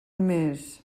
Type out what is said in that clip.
més